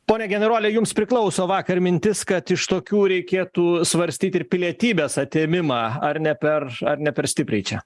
pone generole jums priklauso vakar mintis kad iš tokių reikėtų svarstyt ir pilietybės atėmimą ar ne per ar ne per stipriai čia